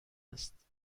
است